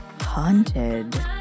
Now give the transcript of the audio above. haunted